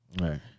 Right